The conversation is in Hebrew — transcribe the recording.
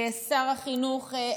שר החינוך,